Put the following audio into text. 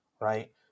right